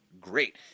great